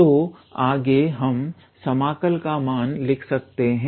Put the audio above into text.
तो आगे हम समाकल का मान लिख सकते हैं